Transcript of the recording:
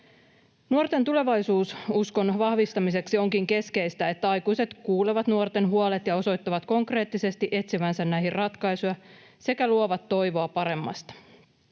Nuorten tulevaisuususkon vahvistamiseksi onkin keskeistä, että aikuiset kuulevat nuorten huolet ja osoittavat konkreettisesti etsivänsä niihin ratkaisuja sekä luovat toivoa paremmasta.